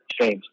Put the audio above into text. James